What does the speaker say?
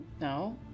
No